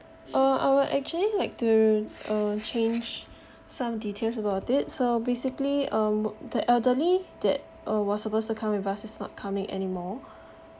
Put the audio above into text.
uh I would actually like to uh change some details about it so basically um the elderly that uh was supposed to come with us is not coming anymore